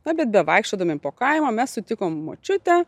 na bet bevaikščiodami po kaimą mes sutikom močiutę